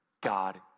God